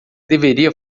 deveria